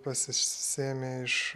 pasiš sėmė iš